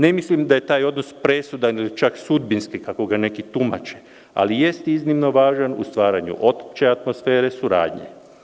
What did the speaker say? Ne mislim da je taj odnos presudan ili čak sudbinski, kako ga neki tumače, ali jeste iznimno važan u stvaranju opće atmosfere suradnje.